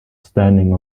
standing